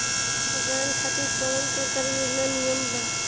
किसान खातिर कवन सरकारी योजना नीमन बा?